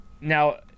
now